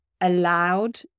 allowed